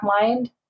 mind